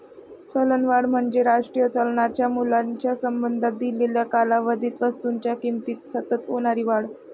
चलनवाढ म्हणजे राष्ट्रीय चलनाच्या मूल्याच्या संबंधात दिलेल्या कालावधीत वस्तूंच्या किमतीत सतत होणारी वाढ